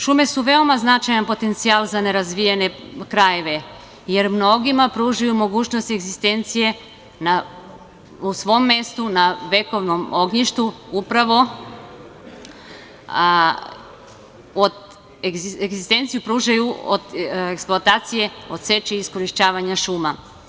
Šume su veoma značajan potencijal za nerazvijene krajeve, jer mnogima pružaju mogućnost egzistencije u svom mestu na vekovnom ognjištu upravo od eksploatacije, od seče i iskorišćavanja šuma.